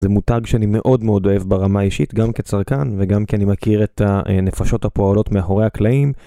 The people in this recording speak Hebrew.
זה מותג שאני מאוד מאוד אוהב ברמה אישית, גם כצרכן וגם כי אני מכיר את הנפשות הפועלות מאחורי הקלעים.